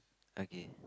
okay